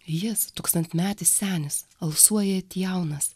jis tūkstantmetis senis alsuoja it jaunas